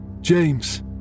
James